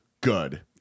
good